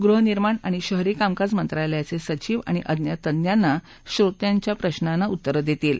गृहनिर्माण आणि शहरी कामकाज मंत्रालयाचे सचिव आणि अन्य तज्ञाना श्रोत्यांच्या प्रशांना उत्तर देतील